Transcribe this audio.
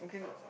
okay